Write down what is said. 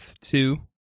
two